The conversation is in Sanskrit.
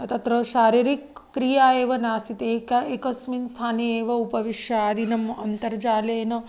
तत्र शारीरिकक्रिया एव नासीत् एक एकस्मिन् स्थाने एव उपविश्य आदिनम् अन्तर्जालेन